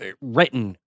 written